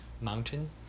mountain